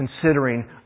considering